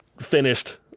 finished